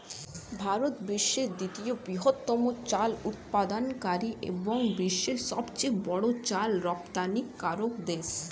ভারত বিশ্বের দ্বিতীয় বৃহত্তম চাল উৎপাদনকারী এবং বিশ্বের সবচেয়ে বড় চাল রপ্তানিকারক দেশ